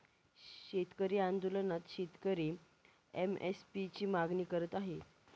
शेतकरी आंदोलनात शेतकरी एम.एस.पी ची मागणी करत आहे